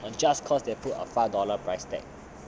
adjust cause they put a five dollar price tag